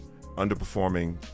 underperforming